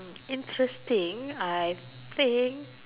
interesting I think